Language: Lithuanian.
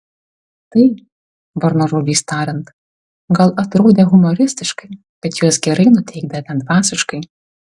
tai varno žodžiais tariant gal atrodę humoristiškai bet juos gerai nuteikdavę dvasiškai